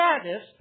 status